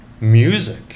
music